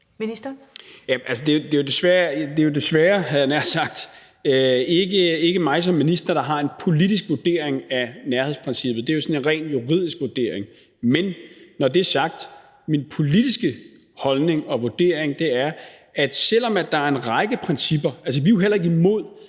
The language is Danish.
jeg havde nær sagt desværre, ikke mig som minister, der har en politisk vurdering af nærhedsprincippet. Det er jo sådan en rent juridisk vurdering. Men når det er sagt, er min politiske holdning og vurdering, at selv om der er en række principper, er vi altså ikke imod,